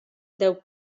deu